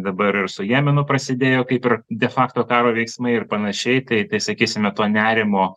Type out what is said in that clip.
dabar ir su jemenu prasidėjo kaip ir de fakto karo veiksmai ir panašiai tai tai sakysime to nerimo